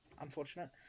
Unfortunate